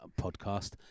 podcast